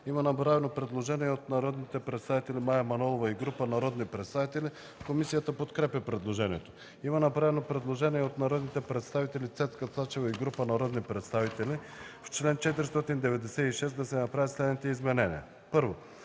Член 496. Предложение от народния представител Мая Манолова и група народни представители. Комисията подкрепя предложението. Предложение от народния представител Цецка Цачева и група народни представители: „В чл. 496 се правят следните изменения: